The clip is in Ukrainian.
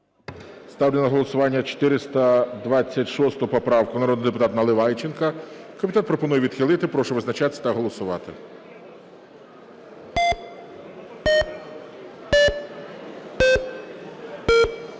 Ставлю на голосування 426 поправку народного депутата Наливайченка. Комітет пропонує відхилити. Прошу визначатись та голосувати.